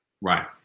Right